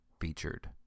featured